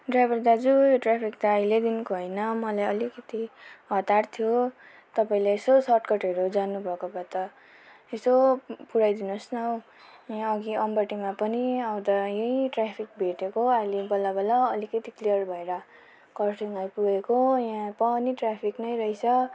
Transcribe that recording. driver दाजु traffic त अहिलेदेखिको होइन मलाई अलिकति हतार थियो तपाईँले यसो सर्टकटहरू जान्नु भएको भए त यसो पुऱ्याइ दिनुहोस् न यहाँ अघि अम्बटेमा पनि आउँदा यहीँ ट्राफिक भेटेको अहिले बल्लाबल्ला अलिकति क्लियर भएर कर्सियङ आइपुगेको यहाँ पनि ट्राफिक नै रहेछ